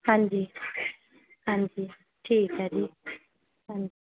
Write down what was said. ਹਾਂਜੀ ਹਾਂਜੀ ਠੀਕ ਹੈ ਜੀ ਹਾਂਜੀ